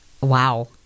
Wow